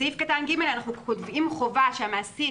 בסעיף קטן (ב) אנחנו קובעים חובה שהמעסיק